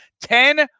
ten